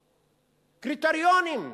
קריטריונים,